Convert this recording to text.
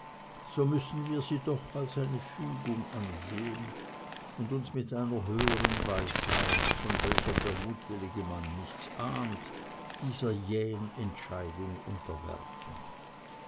so müssen wir sie doch als eine fügung ansehen und uns mit einer höheren weisheit von welcher der mutwillige mann nichts ahnt dieser jähen entscheidung unterwerfen